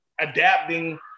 adapting